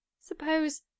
suppose